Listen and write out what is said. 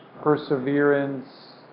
perseverance